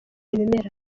ibimera